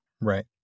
Right